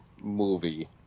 movie